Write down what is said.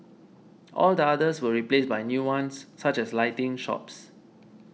all the others were replaced by new ones such as lighting shops